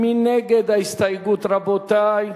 מי נגד ההסתייגות, רבותי?